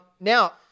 Now